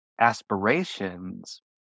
aspirations